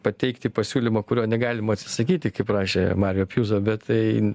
pateikti pasiūlymą kurio negalima atsisakyti kaip rašė mario pjuzo bet tai